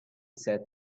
said